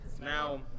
Now